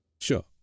Sure